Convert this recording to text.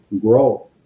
grow